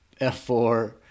F4